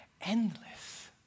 endless